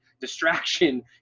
distraction